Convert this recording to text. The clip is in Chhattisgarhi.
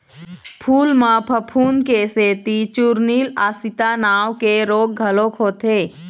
फूल म फफूंद के सेती चूर्निल आसिता नांव के रोग घलोक होथे